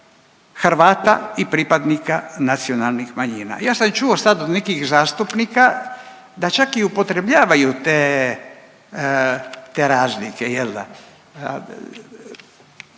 Hrvata i pripadnika nacionalnih manjina. Ja sam čuo sad od nekih zastupnika, da čak i upotrebljavaju te razlike.